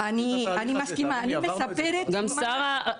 עברנו את זה כבר.